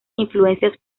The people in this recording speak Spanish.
influencias